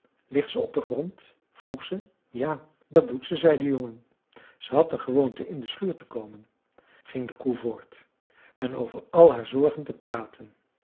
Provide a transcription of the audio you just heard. ligt ze op den grond vroeg ze ja dat doet ze zei de jongen ze had de gewoonte in de schuur te komen ging de koe voort en over al haar zorgen te praten